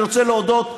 אני רוצה להודות,